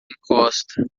encosta